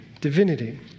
divinity